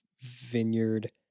Vineyard